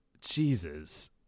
Jesus